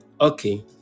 okay